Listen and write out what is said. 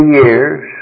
years